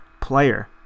player